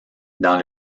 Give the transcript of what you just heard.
dans